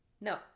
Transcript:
No